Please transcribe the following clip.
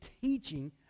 teaching